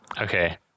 Okay